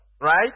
Right